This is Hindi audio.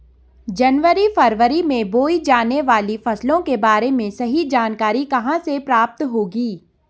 जनवरी फरवरी में बोई जाने वाली फसलों के बारे में सही जानकारी कहाँ से प्राप्त होगी?